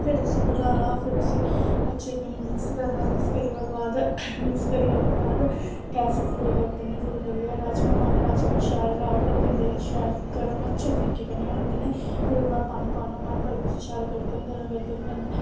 फिर उसी बनाना फिर उसी अच्छे कन्नै मिक्स करना मिक्स करियै ओह्दे बाद मिक्स करियै ओह्दे बाद गैस फुल्ल करी देनी फुल्ल करियै राजमांह् पाने राजमांह् शैल राह्ड़ लग्गन देनी शैल गर्म अच्छे तरीके कन्नै होन देने फिर ओह्दे बाद पानी पाना पानी पाइयै उसी सैल गड़कन देना गड़कन देइयै